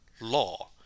law